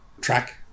track